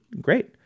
great